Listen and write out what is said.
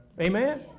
Amen